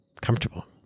comfortable